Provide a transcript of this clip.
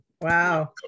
Wow